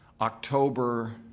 October